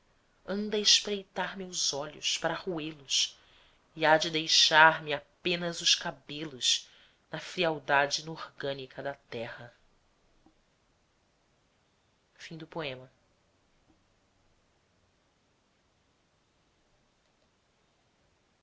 a espreitar meus olhos para roê los e há de deixar-me apenas os cabelos na frialdade inorgânica da terra de